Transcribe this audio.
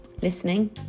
listening